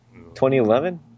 2011